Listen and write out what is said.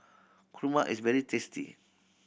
kurma is very tasty